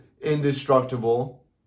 indestructible